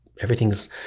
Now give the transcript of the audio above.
everything's